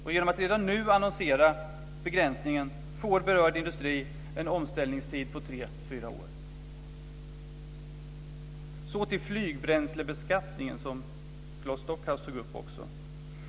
Och genom att redan nu annonsera begränsningen får berörd industri en omställningstid på tre-fyra år. Så till flygbränslebeskattningen som även Claes Stockhaus tog upp.